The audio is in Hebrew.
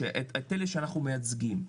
את אלה שאנחנו מייצגים.